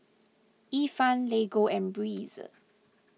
Ifan Lego and Breeze